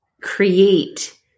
create